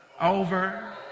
over